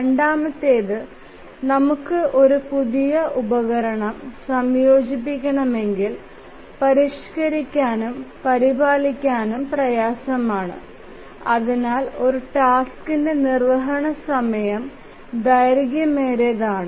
രണ്ടാമത്തേത് നമുക്ക് ഒരു പുതിയ ഉപകരണം സംയോജിപ്പിക്കണമെങ്കിൽ പരിഷ്ക്കരിക്കാനും പരിപാലിക്കാനും പ്രയാസമാണ് അതിനാൽ ഒരു ടാസ്ക്കിന്റെ നിർവ്വഹണ സമയം ദൈർഘ്യമേറിയതാണ്